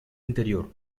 interior